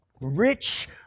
rich